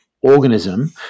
organism